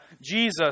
Jesus